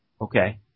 Okay